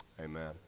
amen